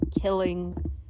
killing